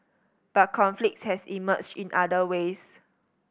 but conflict has emerged in other ways